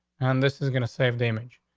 and this is gonna save damage.